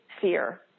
fear